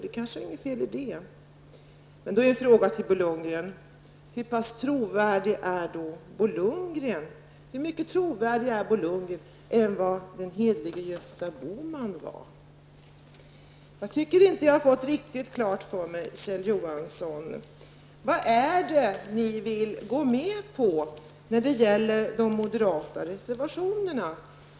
Det kanske inte är något fel i detta, men då är min fråga till Bo Lundgren: Hur mycket mer trovärdig är Bo Lundgren än den hederlige Gösta Bohman? Jag tycker inte, Kjell Johansson, att jag har fått riktigt klart för mig vad ni vill gå med på när det gäller de moderata reservationerna.